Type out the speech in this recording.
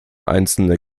einzelne